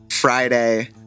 Friday